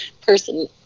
person